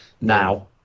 now